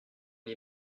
les